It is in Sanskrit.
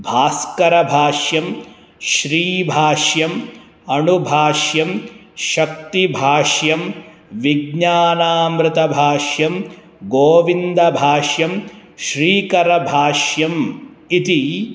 भास्करभाष्यं श्रीभाष्यम् अनुभाष्यं शक्तिभाष्यं विज्ञानामृतभाष्यं गोविन्दभाष्यं श्रीकरभाष्यम् इति